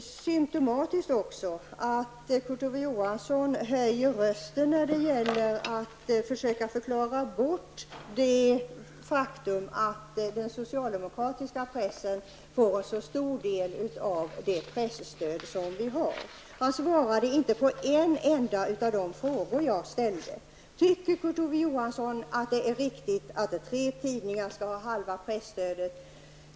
symptomatiskt också att Kurt-Ove Johansson höjer rösten när det gäller att försöka förklara bort det faktum att den socialdemokratiska pressen får en så stor del av det presstöd som vi har. Han svarade inte på en enda av de frågor jag ställde. Tycker Kurt-Ove Johansson att det är riktigt att tre tidningar skall ha halva presstödet?